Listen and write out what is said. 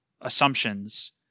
assumptions